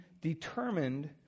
determined